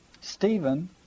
Stephen